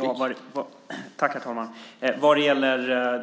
Herr talman! Vad gäller